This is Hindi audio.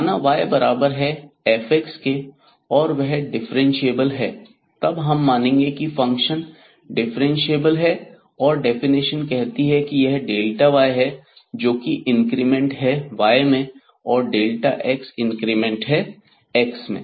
माना y बराबर है f के वह डिफरेंशिएबल है तब हम मानेंगे की फंक्शन डिफरेंशिएबल है और डेफिनेशन कहती है कि यह y है जोकि इंक्रीमेंट है y में और x इंक्रीमेंट है x में